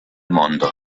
mondo